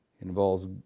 Involves